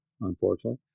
unfortunately